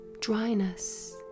dryness